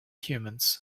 humans